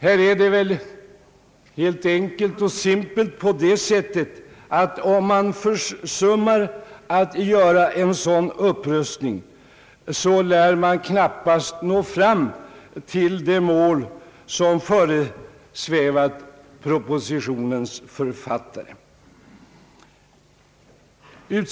Det förhåller sig helt enkelt så att om man försummar att göra en sådan upprustning så lär man knappast nå fram till de mål som propositionens författare tänkt sig.